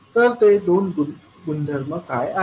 तर ते दोन गुणधर्म काय आहेत